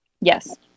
Yes